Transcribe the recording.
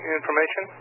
information